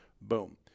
Boom